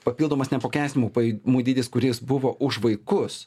papildomas neapmokestinamų pajamų dydis kuris buvo už vaikus